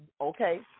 Okay